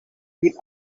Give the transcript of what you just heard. feel